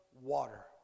water